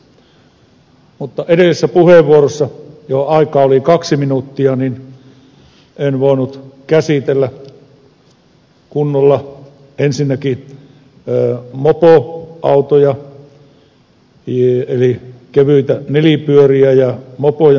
mutta edellisessä puheenvuorossa johon aikaa oli kaksi minuuttia en voinut käsitellä kunnolla ensinnäkin mopoautoja eli kevyitä nelipyöriä ja niihin liittyvää asiaa